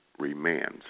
remands